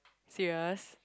serious